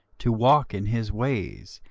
to walk in his ways,